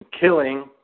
killing